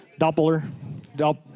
Doppler